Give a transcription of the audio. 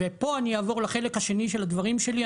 ופה אני אעבור לחלק השני של הדברים שלי.